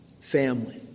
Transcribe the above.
family